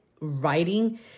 writing